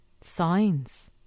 signs